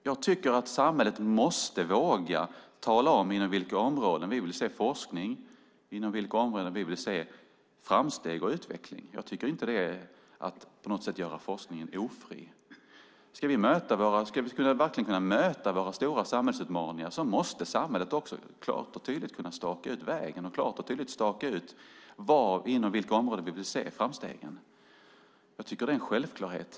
Jag tycker att samhället måste våga tala om inom vilka områden vi vill se forskning och inom vilka områden vi vill se framsteg och utveckling. Jag tycker inte att det är att på något sätt göra forskningen ofri. Ska vi verkligen kunna möta våra stora samhällsutmaningar måste samhället också klart och tydligt kunna staka ut vägen och klart och tydligt staka ut inom vilka område vi vill se framstegen. Jag tycker att det är en självklarhet.